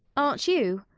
aren't you?